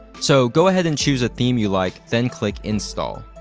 so, go ahead and choose a theme you like then click install.